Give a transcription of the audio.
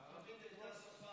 הערבית הייתה שפה